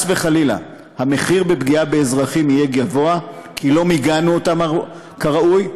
וחלילה המחיר בפגיעה באזרחים יהיה גבוה כי לא מיגנו אותם כראוי,